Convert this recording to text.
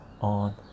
on